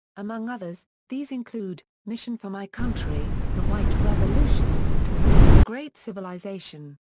among others, these include mission for my country the white revolution toward the great civilization.